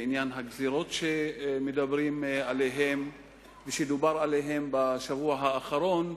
בעניין הגזירות שמדברים עליהן ושדובר עליהן בשבוע האחרון.